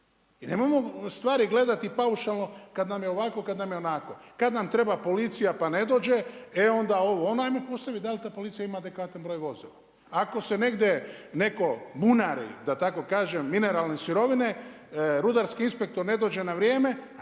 I nemojmo stvari gledati paušalno, kad nam je ovako, kad nam je onako. Kad nam treba policija pa ne dođe, e onda ovo ono, ajmo postaviti, dal ta policija ima adekvatan broj vozila. Ako se netko negdje bunari, da tako kažem, mineralne sirovine, rudarske inspektor ne dođe na vrijeme,